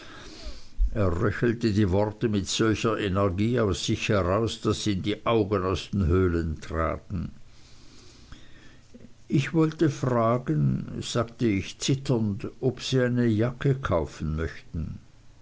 röchelte die worte mit solcher energie aus sich heraus daß ihm die augen aus den höhlen traten ich wollte fragen sagte ich zitternd ob sie eine jacke kaufen möchten